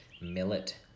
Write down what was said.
millet